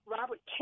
Robert